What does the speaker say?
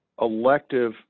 elective